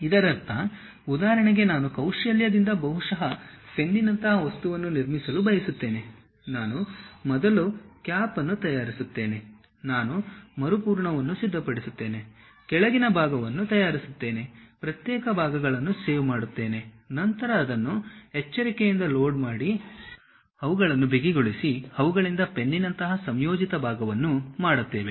ಇದರರ್ಥ ಉದಾಹರಣೆಗೆ ನಾನು ಕೌಶಲ್ಯದಿಂದ ಬಹುಶಃ ಪೆನ್ನಿನಂತಹ ವಸ್ತುವನ್ನು ನಿರ್ಮಿಸಲು ಬಯಸುತ್ತೇನೆ ನಾನು ಮೊದಲು ಕ್ಯಾಪ್ ಅನ್ನು ತಯಾರಿಸುತ್ತೇನೆ ನಾನು ಮರುಪೂರಣವನ್ನು ಸಿದ್ಧಪಡಿಸುತ್ತೇನೆ ಕೆಳಗಿನ ಭಾಗವನ್ನು ತಯಾರಿಸುತ್ತೇನೆ ಪ್ರತ್ಯೇಕ ಭಾಗಗಳನ್ನು ಸೇವ್ ಮಾಡುತ್ತೇನೆ ನಂತರ ಅದನ್ನು ಎಚ್ಚರಿಕೆಯಿಂದ ಲೋಡ್ ಮಾಡಿ ಅವುಗಳನ್ನು ಬಿಗಿಗೊಳಿಸಿ ಅವುಗಳಿಂದ ಪೆನ್ನಿನಂತಹ ಸಂಯೋಜಿತ ಭಾಗವನ್ನು ಮಾಡುತ್ತೇವೆ